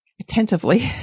attentively